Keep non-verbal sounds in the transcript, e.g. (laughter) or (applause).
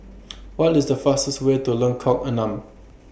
(noise) What IS The fastest Way to Lengkok Enam